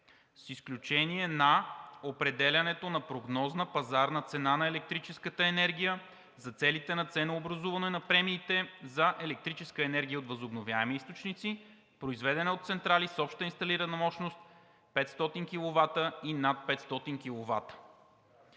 „с изключение на определянето на прогнозна пазарна цена на електрическата енергия за целите на ценообразуване на премиите за електрическа енергия от възобновяеми източници, произведена от централи с обща инсталирана мощност 500 киловата и над 500